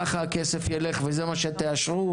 ככה הכסף ילך וזה מה שתאשרו,